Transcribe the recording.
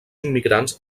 immigrants